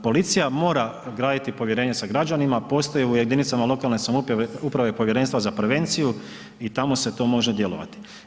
Policija mora graditi povjerenje sa građanima, postoji u jedinicama lokalne samouprave Povjerenstva za prevenciju i tamo se to može djelovati.